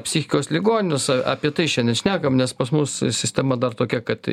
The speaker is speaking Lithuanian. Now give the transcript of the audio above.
psichikos ligonius apie tai šiandien šnekam nes pas mus sistema dar tokia kad